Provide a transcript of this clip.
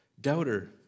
Doubter